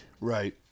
Right